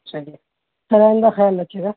اچھا بس آئندہ خیال رکھیے گا